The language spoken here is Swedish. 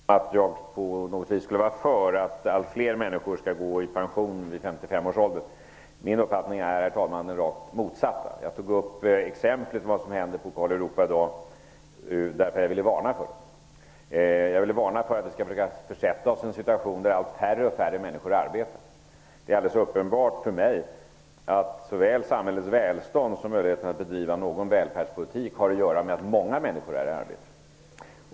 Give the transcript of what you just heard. Herr talman! Jag begärde ordet därför att jag uppfattade Claus Zaar närmast på det sättet att han var för att allt fler människor skulle gå i pension vid 55 års ålder. Min uppfattning är den rakt motsatta. Jag tog såsom exempel vad som händer i Europa i dag, och jag vill varna för att vi försätter oss i en situation, där allt färre människor arbetar. Det är uppenbart för mig att såväl samhällets välstånd som möjligheten att bedriva en välfärdspolitik har att göra med att många människor är i arbete.